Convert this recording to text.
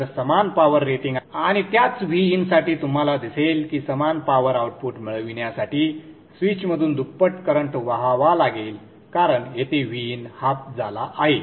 तर समान power rating आणि त्याच Vin साठी तुम्हाला दिसेल की समान पॉवर आउटपुट मिळविण्यासाठी स्विचमधून दुप्पट करंट वहावा लागेल कारण येथे Vin हाफ झाला आहे